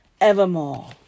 evermore